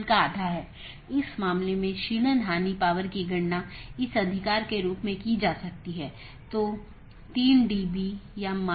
OSPF और RIP का उपयोग AS के माध्यम से सूचना ले जाने के लिए किया जाता है अन्यथा पैकेट को कैसे अग्रेषित किया जाएगा